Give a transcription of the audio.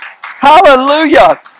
Hallelujah